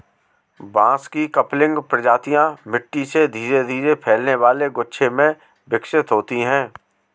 बांस की क्लंपिंग प्रजातियां मिट्टी से धीरे धीरे फैलने वाले गुच्छे में विकसित होती हैं